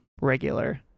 regular